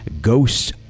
ghosts